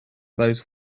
those